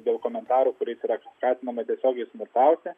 dėl komentarų kuriais yra skatinama tiesiogiai smurtauti